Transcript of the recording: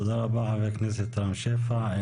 תודה רבה, חבר הכנסת רם שפע.